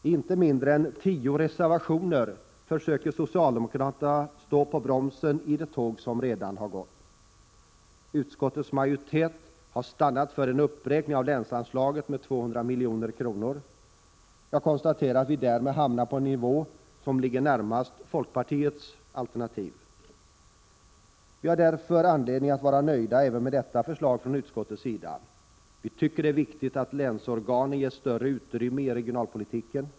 I inte mindre än tio reservationer försöker socialdemokraterna stå på bromsen i det tåg som redan har gått. Utskottets majoritet har stannat för en uppräkning av länsanslaget med 200 milj.kr. Jag konstaterar att nivån därmed ligger närmast folkpartiets alternativ. Vi har därför anledning att vara nöjda även med detta förslag från — Prot. 1986/87:128 utskottets sida. 21 maj 1987 ' Det är viktigt att länsorganen ges större utrymme i regionalpolitiken.